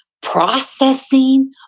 processing